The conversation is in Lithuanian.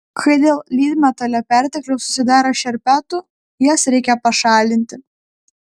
kai dėl lydmetalio pertekliaus susidaro šerpetų jas reikia pašalinti